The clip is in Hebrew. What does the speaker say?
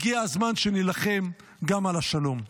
הגיע הזמן שנילחם גם על השלום.